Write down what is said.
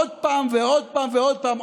עוד פעם ועוד פעם.